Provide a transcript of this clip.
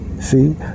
see